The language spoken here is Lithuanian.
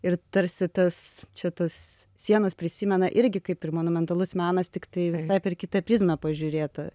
ir tarsi tas čia tas sienos prisimena irgi kaip ir monumentalus menas tiktai visai per kitą prizmę pažiūrėta